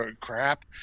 crap